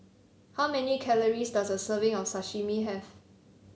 how many calories does a serving of Sashimi have